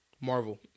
Marvel